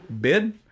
bid